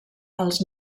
als